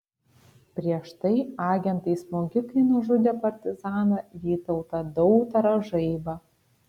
prieš tai agentai smogikai nužudė partizaną vytautą dautarą žaibą